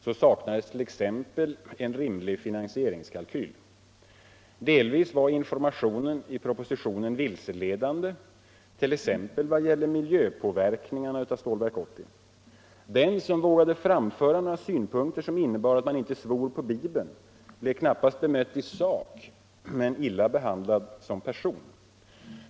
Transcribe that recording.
Så saknades t.ex. rimlig finansieringskalkyl. Delvis var informationen i propositionen vilseledande, t.ex. vad gäller miljöpåverkningarna av Stålverk 80. Den som vågade framföra några synpunkter som innebar att man inte svor på Bibeln blev knappast bemött i sak men illa hanterad som person.